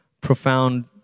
profound